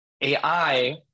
AI